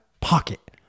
pocket